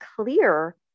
clear